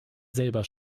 selber